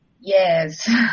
Yes